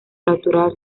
capturar